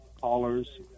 callers